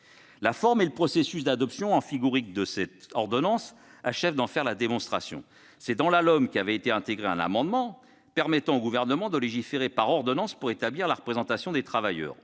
La forme et le processus d'adoption amphigourique de cette ordonnance achèvent d'en faire la démonstration : c'est dans la LOM qu'avait été intégré un amendement permettant au Gouvernement de légiférer par ordonnances pour organiser la représentation des travailleurs.